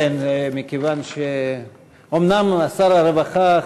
אומנם שר הרווחה,